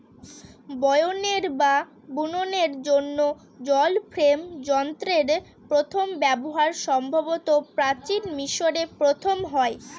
বয়নের বা বুননের জন্য জল ফ্রেম যন্ত্রের প্রথম ব্যবহার সম্ভবত প্রাচীন মিশরে প্রথম হয়